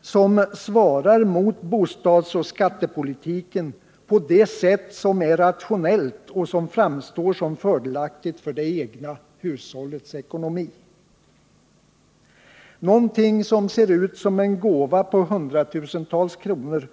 som reagerar på bostadsoch skattepolitiken på ett sätt som är rationellt och som framstår som fördelaktigt med tanke på det egna hushållets ekonomi. Man tackar inte nej till något som ser ut som en gåva på hundratusentals kronor.